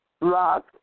rock